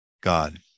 God